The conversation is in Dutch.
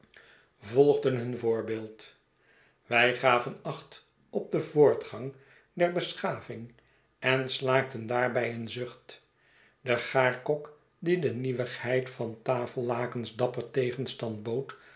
volgden hun voorbeeld wij gaven acht op den voortgang der beschaving en slaakten daarbij een zucht de gaarkok die de nieuwigheid van tafellakens dapper tegenstand bood